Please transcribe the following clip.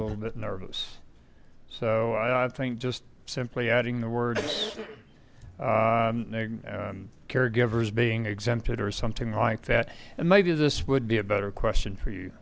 little bit nervous so i think just simply adding the words caregivers being exempted or something like that and maybe this would be a better question for you